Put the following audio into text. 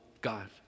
God